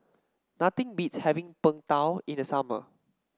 nothing beats having Png Tao in the summer